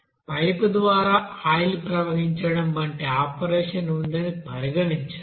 pipe ద్వారా oil ప్రవహించడం వంటి ఆపరేషన్ ఉందని పరిగణించండి